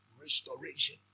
Restoration